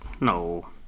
No